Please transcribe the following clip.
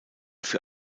für